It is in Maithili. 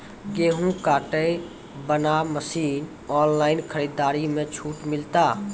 गेहूँ काटे बना मसीन ऑनलाइन खरीदारी मे छूट मिलता?